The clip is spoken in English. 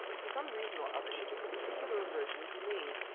for some reason or other she took a particular aversion to me.